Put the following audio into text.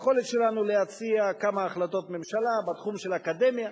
היכולת שלנו להציע כמה החלטות ממשלה בתחום של האקדמיה,